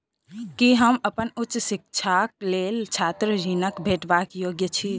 की हम अप्पन उच्च शिक्षाक लेल छात्र ऋणक भेटबाक योग्य छी?